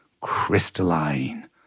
crystalline